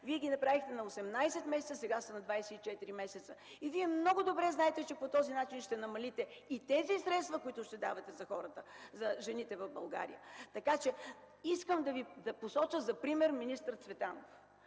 Вие ги направихте 18 месеца, а сега са 24 месеца. Вие много добре знаете, че по този начин ще намалите и тези средства, които ще давате за жените в България. Искам да Ви посоча за пример министър Цветанов.